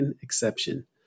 Exception